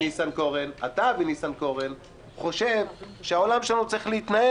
למשל, אתה ציינת